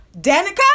Danica